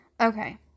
Okay